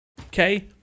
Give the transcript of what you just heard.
Okay